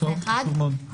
חשוב מאוד.